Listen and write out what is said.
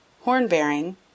horn-bearing